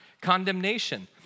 condemnation